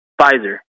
Pfizer